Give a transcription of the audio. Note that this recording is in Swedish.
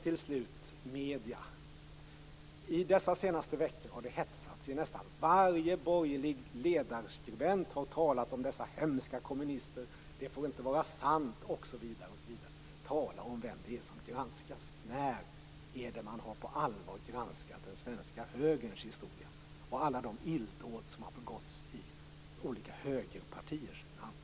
Till sist medierna, där det under de senaste veckorna har hetsats. Nästan varje borgerlig ledarskribent har talat om dessa hemska kommunister; det får inte vara sant osv., osv. Tala om vem det är som granskas. När har man på allvar granskat den svenska högerns historia och alla de illdåd som har begåtts i olika högerpartiers namn?